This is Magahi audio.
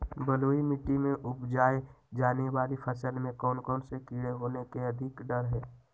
बलुई मिट्टी में उपजाय जाने वाली फसल में कौन कौन से कीड़े होने के अधिक डर हैं?